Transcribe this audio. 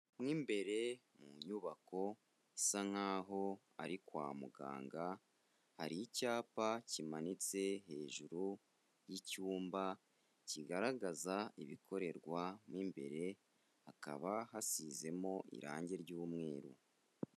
Mo imbere mu nyubako isa nk'aho ari kwa muganga hari icyapa kimanitse hejuru y'icyumba kigaragaza ibikorerwa mo imbere, hakaba hasizemo irangi ry'umweru.